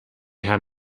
herrn